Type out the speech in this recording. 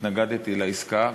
שהתנגדתי לעסקה.